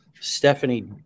Stephanie